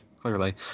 Clearly